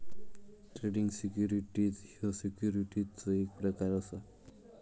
trading securities ह्यो सिक्युरिटीजचो एक प्रकार असा